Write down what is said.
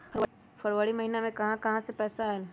फरवरी महिना मे कहा कहा से पैसा आएल?